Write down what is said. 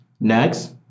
Next